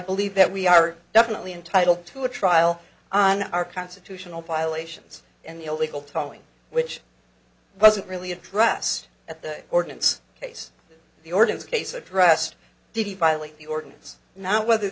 believe that we are definitely entitled to a trial on our constitutional violations and the illegal towing which wasn't really addressed at the ordinance case the ordinance case addressed did he violate the ordinance now whether